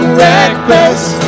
reckless